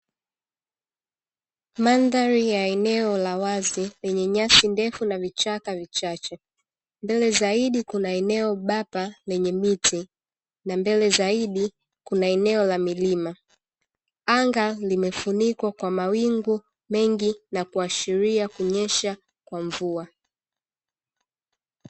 Mandhari ya eneo la wazi lenye nyasi ndefu na vichaka vichache, mbele zaidi kuna eneo bapa lenye miti na mbele zaidi kuna eneo la milima, anga limefunikwa kwa mawingu mengi na kuashiria kunyesha kwa mvua.